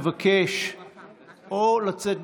אני מבקש או לצאת,